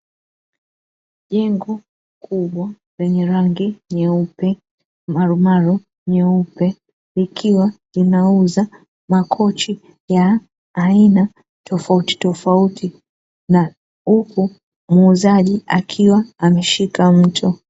Jengo kubwa lenye rangi nyeupe, marumaru nyeupe, likiwa linauza makochi ya aina tofautitofauti na huku muuzaji akiwa ameshika mto.